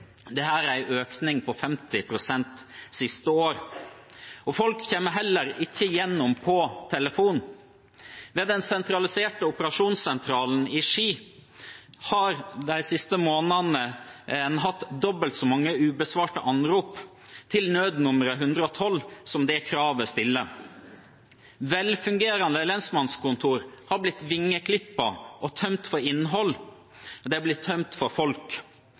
er en økning på 50 pst. siste år. Folk kommer heller ikke gjennom på telefon. Ved den sentraliserte operasjonssentralen i Ski har en de siste månedene hatt dobbelt så mange ubesvarte anrop til nødnummeret 112 som det som stilles som krav. Velfungerende lensmannskontor har blitt vingeklippet og tømt for innhold, og de har blitt tømt for folk.